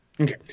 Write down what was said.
Okay